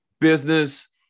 business